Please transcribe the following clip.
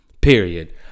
period